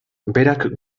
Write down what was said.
berak